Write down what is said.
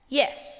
yes